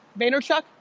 Vaynerchuk